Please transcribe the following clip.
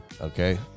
okay